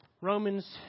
Romans